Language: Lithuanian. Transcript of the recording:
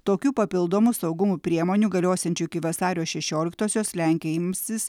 tokių papildomų saugumo priemonių galiosiančių iki vasario šešioliktosios lenkija imsis